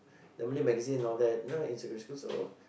the Malay magazine and all that you know in secondary school so